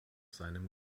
seinem